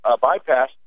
bypass